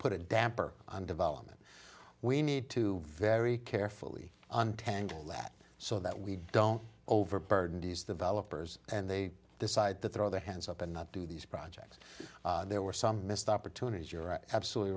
put a damper on development we need to very carefully untangle that so that we don't overburden these developers and they decide to throw their hands up and not do these projects there were some missed opportunities you're absolutely